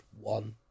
one